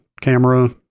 camera